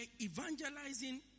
evangelizing